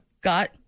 Got